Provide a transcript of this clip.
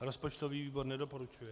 Rozpočtový výbor nedoporučuje.